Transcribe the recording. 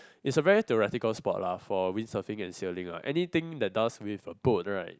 is a very theoretical sport lah for wind surfing and sailing anything that does with a boat right